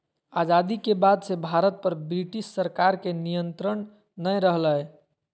आजादी के बाद से भारत पर ब्रिटिश सरकार के नियत्रंण नय रहलय